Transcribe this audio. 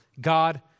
God